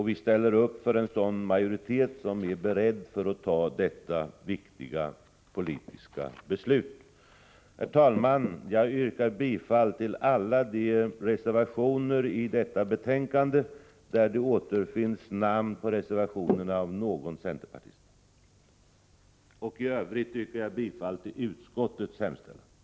Vi ställer upp för en sådan majoritet som är beredd att ta detta viktiga politiska beslut. Herr talman! Jag yrkar bifall till alla de reservationer i detta betänkande där det återfinns namn på någon centerpartist. I övrigt yrkar jag bifall till utskottets hemställan.